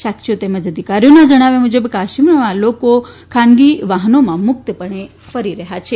સાક્ષીઓ તેમજ અધિકારીઓના જણાવ્યા મુજબ કાશ્મીરમાં લોકો ખાનગી વાહનોથી મુક્તપણે ફરી રહ્યા છી